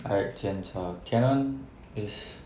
I like 煎茶甜 [one] is